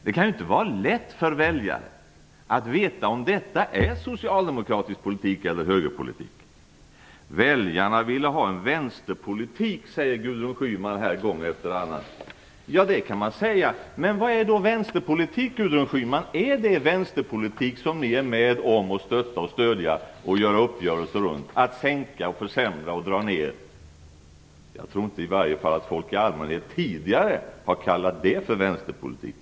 Det kan inte vara lätt för väljaren att veta om detta är socialdemokratisk politik eller högerpolitik. "Väljarna ville ha en vänsterpolitik" säger Gudrun Schyman gång efter annan. Det kan man säga, men vad är då vänsterpolitik, Gudrun Schyman? Är det vänsterpolitik som ni är med om att stötta och stödja och göra uppgörelser runt, dvs. att sänka, försämra och dra ned? Jag tror i varje fall inte att folk i allmänhet tidigare har kallat det för vänsterpolitik.